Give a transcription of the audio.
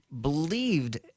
believed